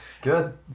Good